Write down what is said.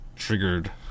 triggered